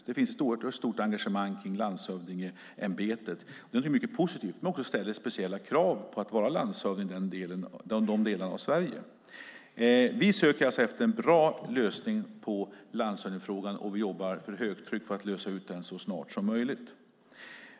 Det finns ett oerhört stort engagemang kring landshövdingeämbetet. Det är någonting mycket positivt, men det ställs också speciella krav på att vara landshövding i de delarna av Sverige. Vi söker alltså efter en bra lösning på landshövdingefrågan, och vi jobbar för högtryck för att lösa den så snart som möjligt.